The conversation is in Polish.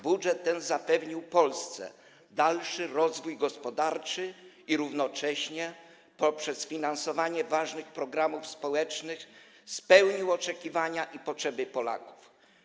Budżet ten zapewnił Polsce dalszy rozwój gospodarczy i równocześnie poprzez finansowanie ważnych programów społecznych spełnił oczekiwania i potrzeby Polaków.